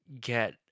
get